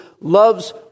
loves